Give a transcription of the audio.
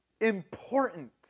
important